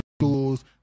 schools